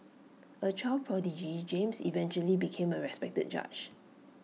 A child prodigy James eventually became A respected judge